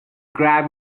grab